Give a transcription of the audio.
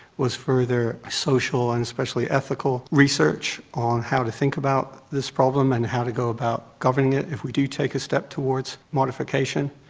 was further social and especially ethical research on how to think about this problem and how to go about governing it if we do take a step towards modification.